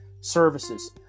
Services